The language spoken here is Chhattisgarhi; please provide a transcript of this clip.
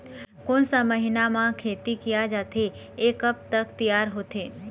कोन सा महीना मा खेती किया जाथे ये कब तक तियार होथे?